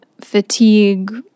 fatigue